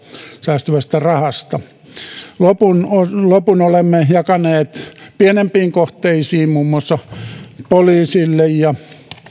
säästyvästä rahasta lopun lopun olemme jakaneet pienempiin kohteisiin muun muassa poliisille ja